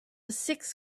six